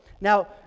Now